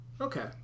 Okay